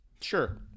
Sure